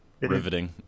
riveting